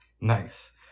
Nice